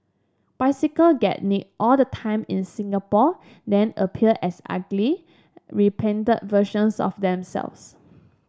bicycle get nicked all the time in Singapore then appear as ugly repainted versions of themselves